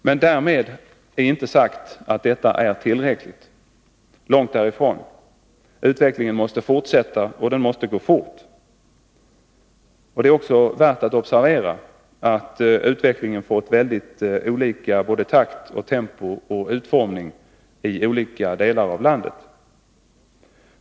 Men därmed är inte sagt att detta är tillräckligt, långt därifrån. Utvecklingen måste fortsätta, och den måste gå fort. Det är också värt att observera att utvecklingen fått väldigt olika takt, tempo och utformning i olika delar av landet.